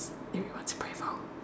everyone's a brave hole